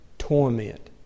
torment